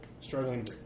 Struggling